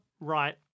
right